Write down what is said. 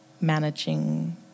managing